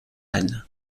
anne